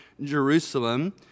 Jerusalem